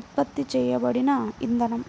ఉత్పత్తి చేయబడిన ఇంధనం